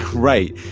right,